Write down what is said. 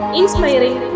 inspiring